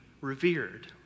revered